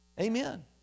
Amen